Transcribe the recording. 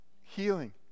healing